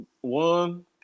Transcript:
one